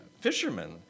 Fishermen